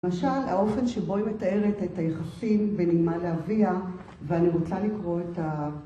‫למשל, האופן שבו היא מתארת ‫את היחסים בין אימה לאביה, ‫ואני רוצה לקרוא את ה...